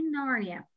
narnia